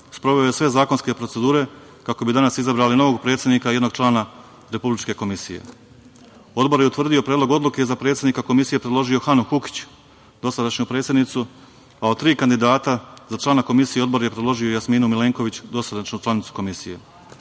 sproveo je sve zakonske procedure kako bi danas izabrali novog predsednika i jednog člana Republičke komisije. Odbor je utvrdio Predlog odluke, za predsednika Komisije je predložio Hanu Hukić, dosadašnju predsednicu, a od tri kandidata za člana Komisije Odbor je predložio Jasminu Milenković, dosadašnju članicu